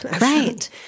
Right